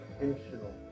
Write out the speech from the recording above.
intentional